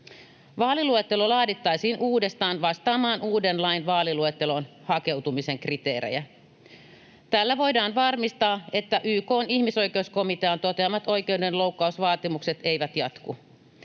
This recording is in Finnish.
Vaaliluettelo laadittaisiin uudestaan vastaamaan uuden lain vaaliluetteloon hakeutumisen kriteerejä. Tällä voidaan varmistaa, että YK:n ihmisoikeuskomitean toteamat oikeudenloukkausvaatimukset eivät jatku.